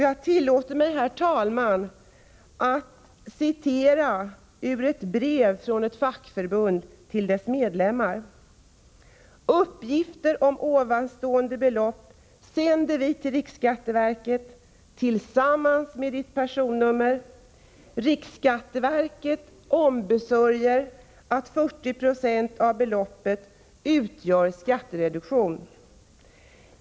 Jag tillåter mig, herr talman, att läsa ur ett brev från ett fackförbund till dess medlemmar: ”Uppgifter om ovanstående belopp sänder vi till riksskatteverket tillsammans med ditt personnummer. Riksskatteverket ombesörjer att 40 70 av beloppet utgör skattereduktion.